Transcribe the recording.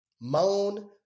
Moan